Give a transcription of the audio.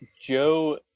Joe